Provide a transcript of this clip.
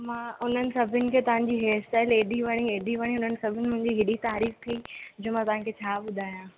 मां उन्हनि सभिनि खे तव्हंजी हेयर स्टाइल एॾी वणी एॾी वणी उन्हनि सभिनि मुंहिंजी एॾी तारीफ़ कई जो मां तव्हांखे छा ॿुधायां